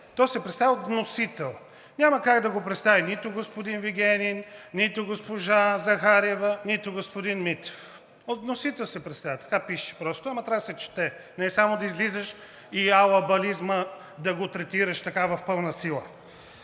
то се представя от вносител. Няма как да го представи нито господин Вигенин, нито госпожа Захариева, нито господин Митов. От вносител се представя – така пише просто, но трябва да се чете, не само да излизаш и алабализма да го третираш в пълна сила.